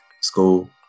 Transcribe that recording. school